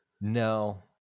No